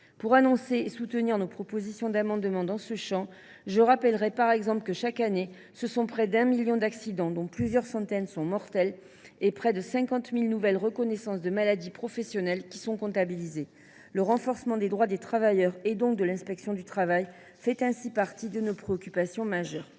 à 2024. À l’appui des propositions d’amendement que nous ferons dans ce champ, je rappelle par exemple que, chaque année, près d’un million d’accidents surviennent, dont plusieurs centaines sont mortels, et près de 50 000 nouvelles reconnaissances de maladies professionnelles sont comptabilisées. Le renforcement des droits des travailleurs, donc de l’inspection du travail, fait ainsi partie de nos préoccupations majeures.